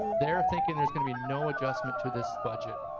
they're thinking there's gonna be no adjustment to this budget,